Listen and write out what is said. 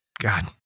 god